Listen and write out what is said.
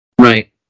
Right